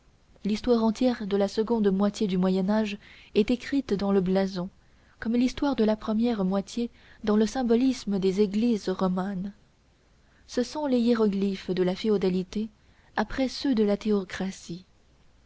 l'histoire entière de la seconde moitié du moyen âge est écrite dans le blason comme l'histoire de la première moitié dans le symbolisme des églises romanes ce sont les hiéroglyphes de la féodalité après ceux de la théocratie